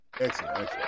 excellent